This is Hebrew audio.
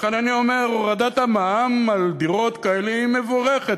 לכן אני אומר: הורדת המע"מ על דירות כאלה היא מבורכת.